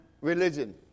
religion